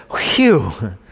phew